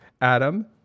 Adam